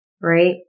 right